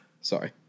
Sorry